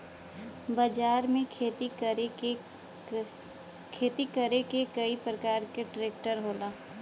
बाजार में खेती करे के कई परकार के ट्रेक्टर होला